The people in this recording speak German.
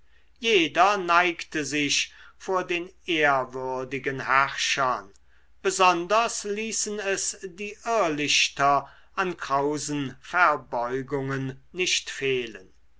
jeder neigte sich vor den ehrwürdigen herrschern besonders ließen es die irrlichter an krausen verbeugungen nicht fehlen